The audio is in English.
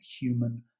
human